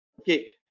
Okay